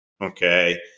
Okay